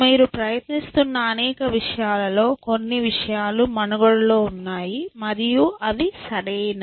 మీరు ప్రయత్నిస్తున్న అనేక విషయాలలో కొన్ని విషయాలు మనుగడలో ఉన్నాయి మరియు అవి సరైనవి